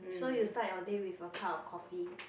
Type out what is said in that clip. so you start your day with a cup of coffee